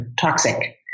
toxic